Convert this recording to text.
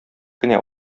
кенә